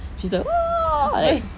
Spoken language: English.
she's like !whoa! eh